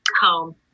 Home